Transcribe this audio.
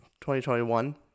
2021